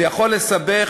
זה יכול לסבך,